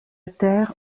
terre